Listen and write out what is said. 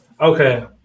Okay